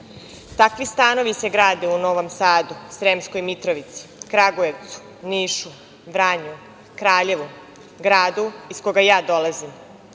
Takvi stanovi se grade u Novom Sadu, Sremskoj Mitrovici, Kragujevcu, Nišu, Vranju, Kraljevu, gradu iz koga ja dolazim,